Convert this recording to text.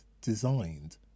designed